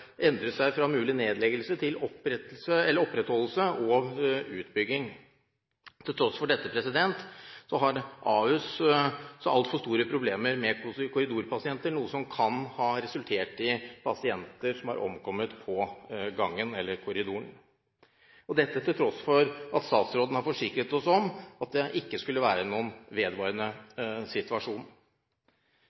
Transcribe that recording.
endret seg, fra mulig nedleggelse til opprettholdelse og utbygging. På tross av dette har Ahus altfor store problemer med korridorpasienter, noe som kan ha resultert i at pasienter har omkommet i korridoren, til tross for at statsråden har forsikret oss om at dette ikke skulle være en vedvarende situasjon.